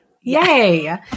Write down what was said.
Yay